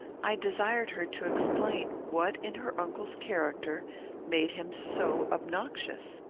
i desired her to explain what in her uncle's character made him so obnoxious.